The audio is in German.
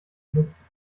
benutzen